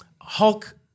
Hulk